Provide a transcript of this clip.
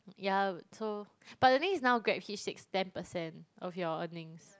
ya but so but the thing is now GrabHitch six ten percent of your earnings